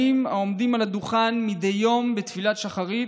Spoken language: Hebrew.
העומדים על הדוכן מדי יום בתפילת שחרית,